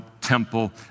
temple